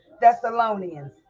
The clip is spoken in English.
Thessalonians